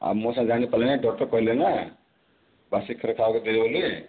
ଆଉ ମୁଁ ସିନା ଜାଣିପାରିଲିନି ଡକ୍ଟର କହିଲେନା ବାସି କ୍ଷୀର ଖାଇବାକୁ ଦେଇଛ ବୋଲି